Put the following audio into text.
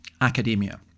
academia